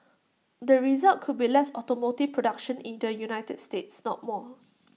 the result could be less automotive production in the united states not more